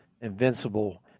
invincible